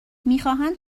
میخواهند